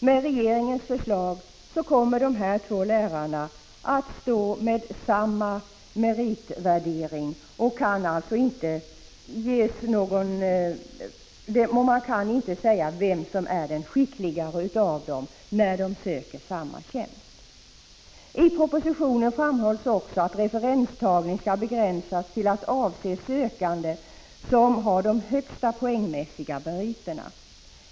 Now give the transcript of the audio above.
Med regeringens förslag kommer de här två lärarna att stå med samma meritvärdering, och man kan alltså inte säga vem som är den skickligare av dem när de söker samma tjänst. I propositionen framhålls också att referenstagning skall begränsas till att avse sökande som har de högsta poängmässiga meriterna.